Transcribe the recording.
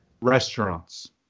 Restaurants